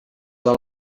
del